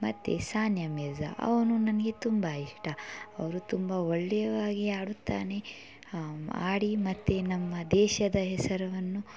ಮತ್ತು ಸಾನಿಯಾ ಮಿರ್ಜಾ ಅವನು ನನಗೆ ತುಂಬ ಇಷ್ಟ ಅವರು ತುಂಬ ಒಳ್ಳೆಯದಾಗಿ ಆಡುತ್ತಾನೆ ಆಡಿ ಮತ್ತು ನಮ್ಮ ದೇಶದ ಹೆಸರನ್ನು